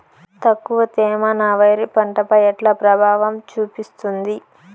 తక్కువ తేమ నా వరి పంట పై ఎట్లా ప్రభావం చూపిస్తుంది?